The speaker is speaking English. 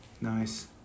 nice